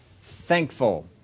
thankful